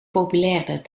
populairder